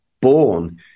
born